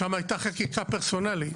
שם הייתה חקיקה פרסונלית.